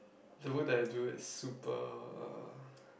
the work that I do is super